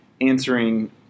answering